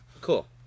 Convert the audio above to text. cool